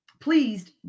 pleased